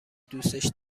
دوسش